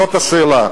זאת השאלה.